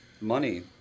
money